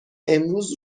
امروز